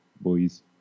Boys